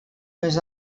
més